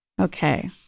Okay